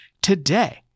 today